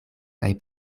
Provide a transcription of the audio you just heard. kaj